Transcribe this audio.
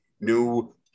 new